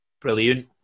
Brilliant